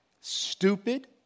stupid